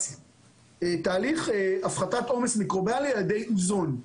תהליך הפחתת עומס מיקרוביאלי על ידי אוזון,